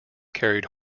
carried